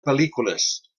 pel·lícules